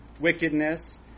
wickedness